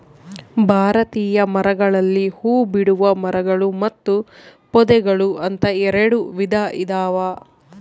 ಭಾರತೀಯ ಮರಗಳಲ್ಲಿ ಹೂಬಿಡುವ ಮರಗಳು ಮತ್ತು ಪೊದೆಗಳು ಅಂತ ಎರೆಡು ವಿಧ ಇದಾವ